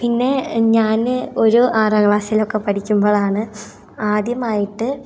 പിന്നെ ഞാൻ ഒരു ആറാം ക്ലാസ്സിലൊക്കെ പഠിക്കുമ്പോളാണ് ആദ്യമായിട്ട്